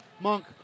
Monk